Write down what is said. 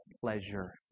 pleasure